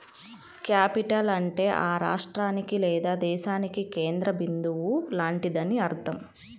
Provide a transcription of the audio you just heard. capital అంటే ఆ రాష్ట్రానికి లేదా దేశానికి కేంద్ర బిందువు లాంటిదని అర్థం